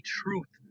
truth